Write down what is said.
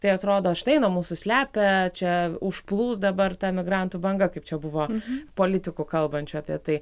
tai atrodo štai nuo mūsų slepia čia užplūs dabar ta emigrantų banga kaip čia buvo politikų kalbančių apie tai